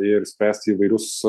ir spręsti įvairius